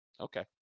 Okay